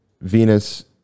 Venus